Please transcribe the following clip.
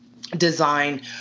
design